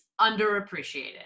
underappreciated